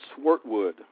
Swartwood